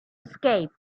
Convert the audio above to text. escape